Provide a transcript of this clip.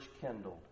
kindled